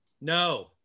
No